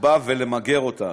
בה ולמגר אותה.